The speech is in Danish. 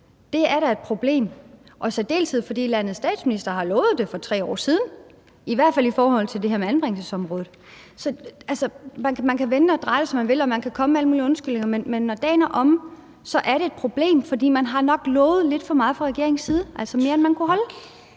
Det er da et problem, i særdeleshed fordi landets statsminister har lovet det for 3 år siden, i hvert fald i forhold til det her med anbringelsesområdet. Så man kan vende og dreje det, som man vil, og man kan komme med alle mulige undskyldninger, men når dagen er omme, er det et problem, for man har nok lovet lidt for meget fra regeringens side, altså mere, end man kunne holde.